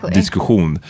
diskussion